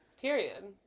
Period